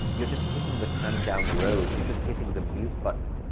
you're just kicking the can down the road. you're just hitting the mute button.